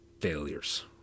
failures